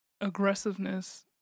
aggressiveness